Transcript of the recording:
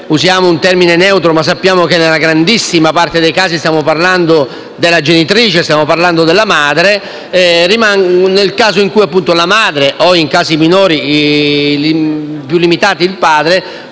usiamo un termine neutro, ma sappiamo che, nella grandissima parte dei casi, stiamo parlando della genitrice, della madre - nel caso in cui la madre o, in casi più limitati, il padre